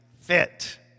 fit